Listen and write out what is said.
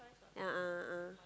a'ah a'ah